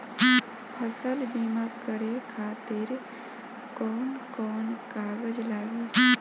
फसल बीमा करे खातिर कवन कवन कागज लागी?